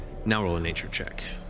now roll a nature check.